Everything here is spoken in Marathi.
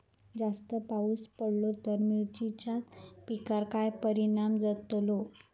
जास्त पाऊस पडलो तर मिरचीच्या पिकार काय परणाम जतालो?